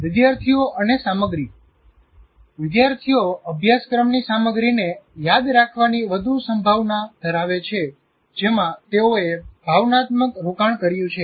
વિદ્યાર્થીઓ અને સામગ્રી વિદ્યાર્થીઓ અભ્યાસક્રમની સામગ્રીને યાદ રાખવાની વધુ સંભાવના ધરાવે છે જેમાં તેઓએ ભાવનાત્મક રોકાણ કર્યું છે